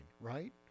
right